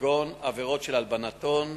כגון עבירות של הלבנת הון,